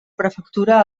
prefectura